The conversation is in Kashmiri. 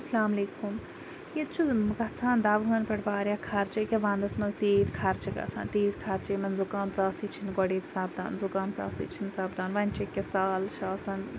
السلامُ علیکُم ییٚتہِ چھُ گَژھان دَوہَن پٮ۪ٹھ واریاہ خَرچہٕ ییٚکیاہ وَندَس مَنٛز تیٖتۍ خَرچہٕ گَژھان تیٖتۍ خَرچہٕ یِمَن زُکام ژاسٕے چھِ نہٕ گۄڈٕ ییٚتہِ سَپدان زُکام ژاسٕے چھِ نہٕ سَپدان وۄنۍ چھِ ییٚکیاہ سال چھِ آسان